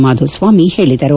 ಮಾಧುಸ್ವಾಮಿ ಹೇಳಿದರು